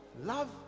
Love